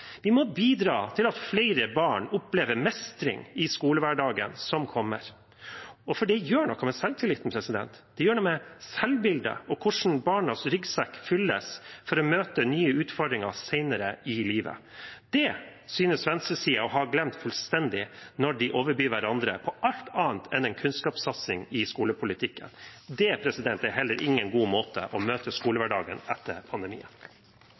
Vi må bidra til at flere barn opplever mestring i skolehverdagen som kommer, for det gjør noe med selvtilliten, det gjør noe med selvbildet og med hvordan barnas ryggsekk fylles for å møte nye utfordringer senere i livet. Det synes venstresiden å ha glemt fullstendig når de overbyr hverandre på alt annet enn en kunnskapssatsing i skolepolitikken. Det er heller ingen god måte å møte skolehverdagen på etter pandemien.